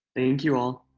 you all.